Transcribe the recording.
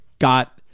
Got